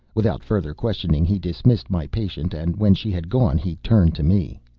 without further questioning he dismissed my patient and when she had gone, he turned to me.